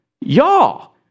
y'all